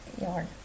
yarn